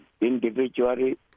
individually